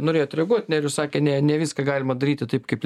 norėjot reaguot nerijus sakė ne ne viską galima daryti taip kaip